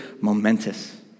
momentous